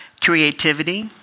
creativity